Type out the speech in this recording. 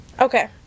Okay